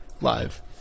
live